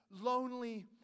lonely